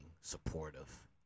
supportive